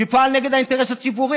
שפעל נגד האינטרס הציבורי,